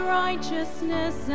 righteousness